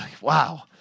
Wow